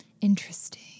Interesting